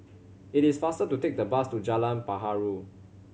it is faster to take the bus to Jalan Perahu